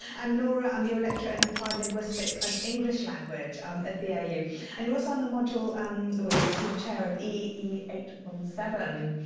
and laura, um you're a lecturer in applied linguistics and english language um at the ah ou. and you're also on the module um well you're the team chair of e e eight one seven,